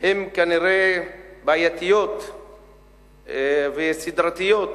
הן כנראה בעייתיות וסדרתיות